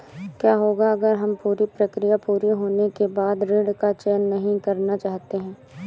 क्या होगा अगर हम पूरी प्रक्रिया पूरी होने के बाद ऋण का चयन नहीं करना चाहते हैं?